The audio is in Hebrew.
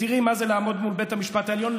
ותראי מה זה לעמוד מול בית המשפט העליון,